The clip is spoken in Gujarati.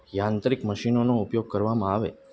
યાંત્રિક મશિનોનો ઉપયોગ કરવામાં આવે